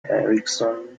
ericsson